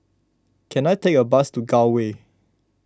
can I take a bus to Gul Way